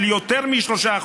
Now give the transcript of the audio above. של יותר מ-3%.